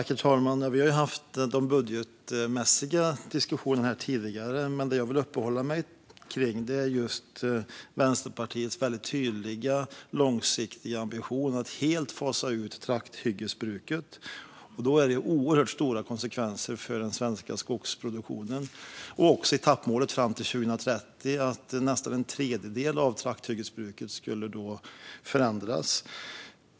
Herr talman! Vi har haft de budgetmässiga diskussionerna tidigare. Det jag vill uppehålla mig kring är just Vänsterpartiets väldigt tydliga långsiktiga ambition att helt fasa ut trakthyggesbruket. Det får oerhört stora konsekvenser för den svenska skogsproduktionen. Jag tänker också på etappmålet till 2030 - nästan en tredjedel av trakthyggesbruket skulle då förändras.